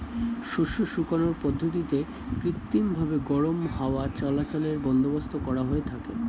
শস্য শুকানোর পদ্ধতিতে কৃত্রিমভাবে গরম হাওয়া চলাচলের বন্দোবস্ত করা হয়ে থাকে